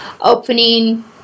opening